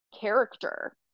character